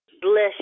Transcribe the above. Bless